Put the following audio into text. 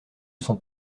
sont